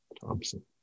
Thompson